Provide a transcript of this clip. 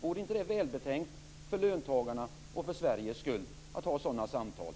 Vore inte det välbetänkt för löntagarnas och för Sveriges skull att ha sådana samtal?